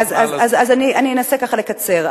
אז אני אנסה לקצר.